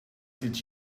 did